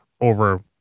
over